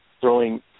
Throwing